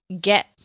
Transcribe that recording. get